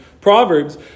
Proverbs